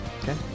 Okay